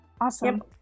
Awesome